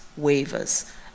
waivers